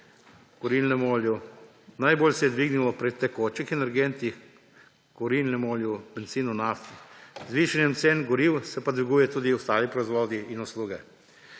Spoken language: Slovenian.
kurilnem olju. Najbolj se je dvignilo pri tekočih energentih: kurilnem olju, bencinu, nafti. Z višanjem cen goriv se pa dvigujejo tudi ostali proizvodi in usluge.